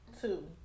two